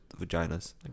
vaginas